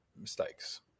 mistakes